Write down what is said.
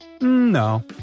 No